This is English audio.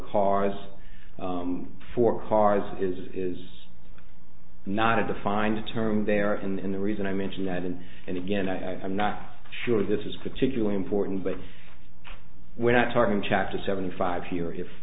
cars for cars is not a defined term there and the reason i mention that and and again i'm not sure this is particularly important but we're not talking chapter seven five here if